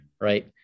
right